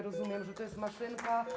Rozumiem, że to jest maszynka.